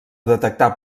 detectar